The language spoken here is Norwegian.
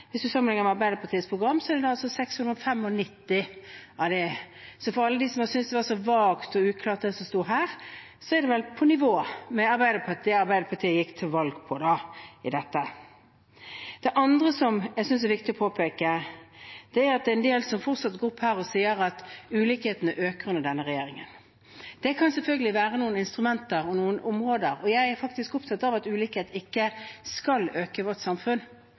Hvis det sammenlignes med Arbeiderpartiets program, er det altså 695 av det der. For alle dem som har syntes det var så vagt og uklart det som sto her, er det vel på nivå med det Arbeiderpartiet gikk til valg på når det gjelder dette. Det andre jeg synes er viktig å påpeke, er at det fortsatt er en del som går opp her og sier at ulikhetene øker under denne regjeringen. Det kan selvfølgelig være noen instrumenter og noen områder, men jeg er faktisk opptatt av at ulikhet ikke skal øke i vårt samfunn.